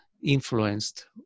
influenced